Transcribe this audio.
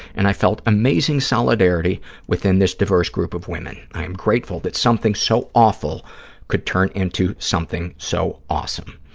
and i felt amazing solidarity within this diverse group of women. i am grateful that something so awful could turn into something so awesome.